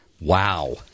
Wow